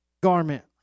garment